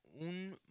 un